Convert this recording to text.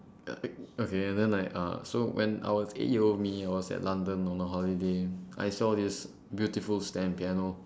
okay and then uh so when I was eight year old me I was at london on a holiday I saw this beautiful stand piano